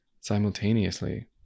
simultaneously